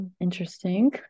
interesting